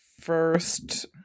first